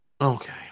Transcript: Okay